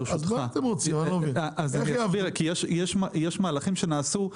יש מהלכים שנעשו.